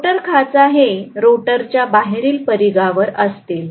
rotor खाचा हे रोटरच्या बाहेरील परिघावर असतील